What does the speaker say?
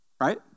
right